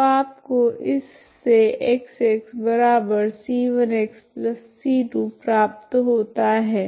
तो आपको इससे Xc1xc2 प्राप्त होता है